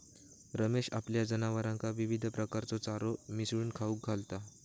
रमेश आपल्या जनावरांका विविध प्रकारचो चारो मिसळून खाऊक घालता